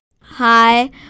Hi